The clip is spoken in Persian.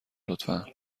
لطفا